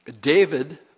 David